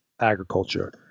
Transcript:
agriculture